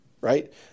right